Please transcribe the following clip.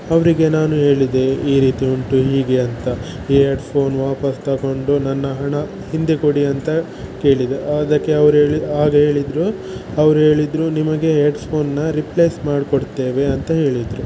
ಅವರಿಗೆ ನಾನು ಹೇಳಿದೆ ಈ ರೀತಿ ಉಂಟು ಹೀಗೆ ಅಂತ ಈ ಎಡ್ಫೋನ್ ವಾಪಸ್ಸು ತಗೊಂಡು ನನ್ನ ಹಣ ಹಿಂದೆ ಕೊಡಿ ಅಂತ ಕೇಳಿದೆ ಅದಕ್ಕೆ ಅವರು ಹೇಳಿದ್ರು ಅವರು ಹೇಳಿದ್ರು ನಿಮಗೆ ಎಡ್ಫೋನ್ನ ರಿಪ್ಲೇಸ್ ಮಾಡಿ ಕೊಡ್ತೇವೆ ಅಂತ ಹೇಳಿದ್ರು